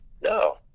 No